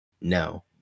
No